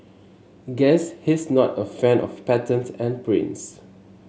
guess he's not a fan of patterns and prints